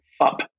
up